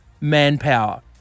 manpower